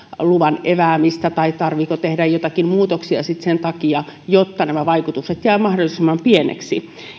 luvan eväämistä tai tarvitseeko tehdä jotakin muutoksia sitten sen takia jotta nämä vaikutukset jäävät mahdollisimman pieniksi